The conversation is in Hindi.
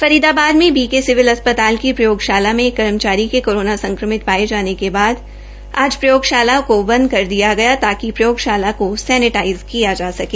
फरीदाबाद से बी के सिविल अस्पताल की प्रयोगशाला मे एक कर्मचारी के कोरोना संक्रमित पाये जाने के बाद आज प्रयोगशाला को बंद कर दिया गया ताकि प्रयोगशाला का सैनेटाइज़ किया जा सके